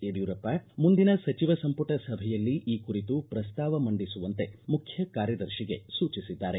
ಯಡಿಯೂರಪ್ಪ ಮುಂದಿನ ಸಚಿವ ಸಂಪುಟ ಸಭೆಯಲ್ಲಿ ಈ ಕುರಿತು ಪ್ರಸ್ತಾವ ಮಂಡಿಸುವಂತೆ ಮುಖ್ಯ ಕಾರ್ಯದರ್ತಿಗೆ ಸೂಚಿಸಿದ್ದಾರೆ